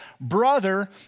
brother